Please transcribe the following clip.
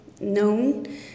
known